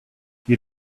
you